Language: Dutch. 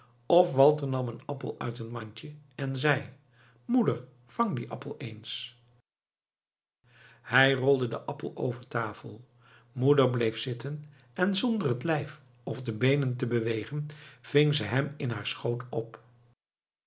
of walter nam een appel uit een mandje en zeî moeder vang dien appel eens hij rolde den appel over tafel moeder bleef zitten en zonder het lijf of de beenen te bewegen ving ze hem in haar schoot op